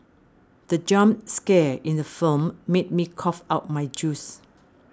the jump scare in the film made me cough out my juice